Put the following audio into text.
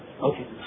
Okay